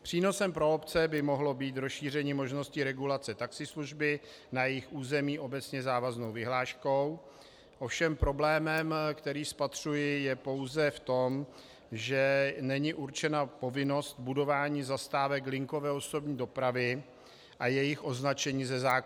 Přínosem pro obce by mohlo být rozšíření možnosti regulace taxislužby na jejich území obecně závaznou vyhláškou, ovšem problém, který spatřuji, je pouze v tom, že není určena povinnost budování zastávek linkové osobní dopravy a jejich označení ze zákona.